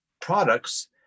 products